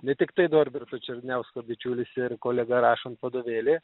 ne tiktai norberto černiausko bičiulis ir kolega rašant vadovėlį